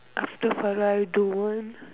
after that why do eh